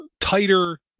tighter